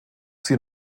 sie